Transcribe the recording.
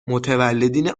متولدین